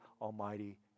Almighty